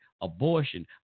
abortion